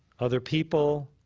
other people,